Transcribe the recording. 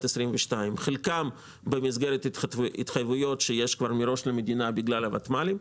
22'. חלקן במסגרת התחייבויות שיש כבר מראש למדינה בגלל הוותמ"לים,